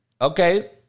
Okay